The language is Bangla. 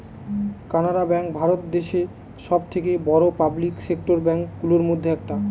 কানাড়া ব্যাঙ্ক ভারত দেশে সব থেকে বড়ো পাবলিক সেক্টর ব্যাঙ্ক গুলোর মধ্যে একটা